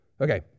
Okay